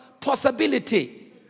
possibility